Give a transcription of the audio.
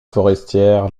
forestière